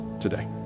today